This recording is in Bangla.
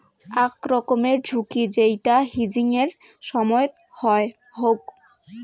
আক রকমের ঝুঁকি যেইটা হেজিংয়ের সময়ত হউক